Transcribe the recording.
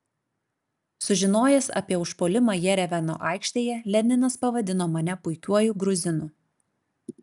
sužinojęs apie užpuolimą jerevano aikštėje leninas pavadino mane puikiuoju gruzinu